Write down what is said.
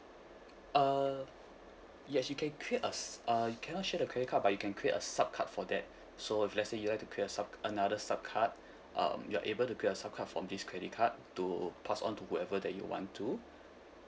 uh yes you can create a s~ uh you cannot share the credit card but you can create a sub card for that so if let's say you'd like to create a sub another sub card um you're able to create a sub card from this credit card to pass on to whoever that you want to